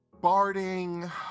barding